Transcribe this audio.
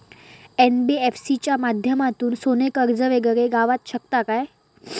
NBFC च्या माध्यमातून सोने कर्ज वगैरे गावात शकता काय?